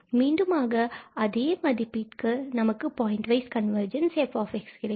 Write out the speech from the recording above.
மீண்டுமாக அதே மதிப்பிற்கு நமக்கு பாயிண்ட் வைஸ் கன்வர்ஜென்ஸ் f கிடைக்கும்